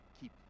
keep